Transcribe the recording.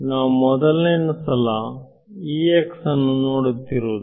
ನಾವು ಮೊದಲನೇ ಸಲ ಅನ್ನು ನೋಡುತ್ತಿರುವುದು